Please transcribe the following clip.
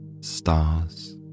stars